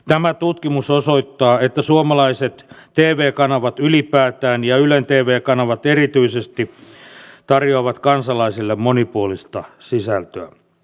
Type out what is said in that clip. tämä tutkimus osoittaa että suomalaiset tv kanavat ylipäätään ja ylen tv kanavat erityisesti tarjoavat kansalaisille monipuolista sisältöä